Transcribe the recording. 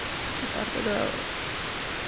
ᱱᱮᱛᱟᱨ ᱠᱚᱫᱚ